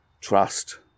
trust